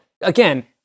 again